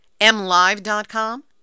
MLive.com